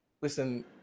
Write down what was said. listen